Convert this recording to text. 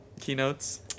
keynotes